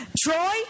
Troy